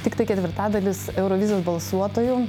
tiktai ketvirtadalis eurovizijos balsuotojų